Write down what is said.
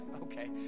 okay